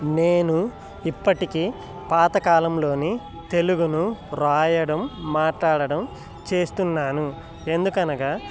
నేను ఇప్పటికీ పాతకాలంలోని తెలుగును రాయడం మాట్లాడడం చేస్తున్నాను ఎందుకనగా